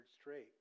straight